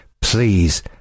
Please